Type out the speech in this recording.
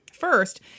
First